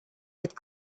with